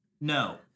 No